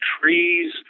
trees